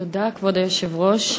כבוד היושב-ראש,